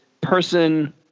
person